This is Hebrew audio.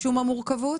משום המורכבות,